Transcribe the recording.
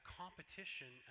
competition